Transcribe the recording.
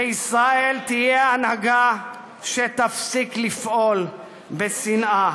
לישראל תהיה הנהגה שתפסיק לפעול בשנאה,